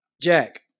Jack